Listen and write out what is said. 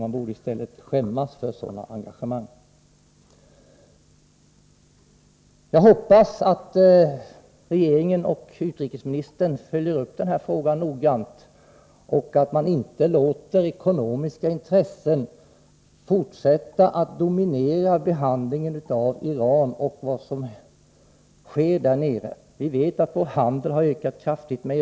Man borde i stället skämmas för sådana engagemang. Jag hoppas att regeringen och utrikesministern följer upp den här frågan noggrant och att man inte låter ekonomiska intressen fortsätta att dominera behandlingen av frågor som rör Iran och det som sker där nere. Vi vet att vår handel med Iran ökat kraftigt.